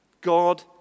God